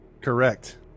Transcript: Correct